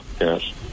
Yes